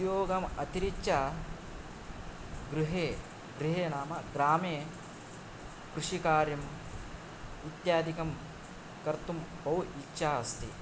उद्योगम् अतिरिच्य गृहे गृहे नाम ग्रामे कृषि कार्यं इत्यादिकं कर्त्तुं बहु इच्छा अस्ति